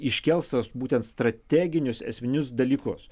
iškels tas būtent strateginius esminius dalykus